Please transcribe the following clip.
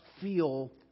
feel